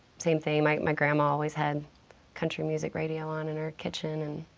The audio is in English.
same thing, my my grandma always had country music radio on in her kitchen. and